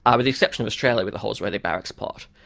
um with the exception of australia with the holsworthy barracks plot.